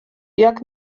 jak